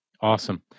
Awesome